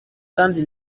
kandi